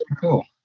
cool